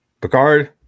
Picard